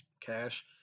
Cash